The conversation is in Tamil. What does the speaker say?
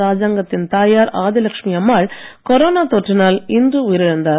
ராஜாங்கத்தின் தாயார் ஆதிலட்சுமி அம்மாள் கொரோனா தொற்றினால் இன்று உயிரிழந்தார்